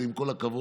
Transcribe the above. עם כל הכבוד,